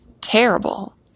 terrible